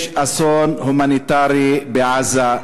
יש אסון הומניטרי בעזה,